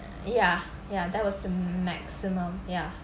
ya ya that was a maximum ya